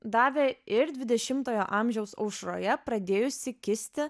davė ir dvidešimtojo amžiaus aušroje pradėjusi kisti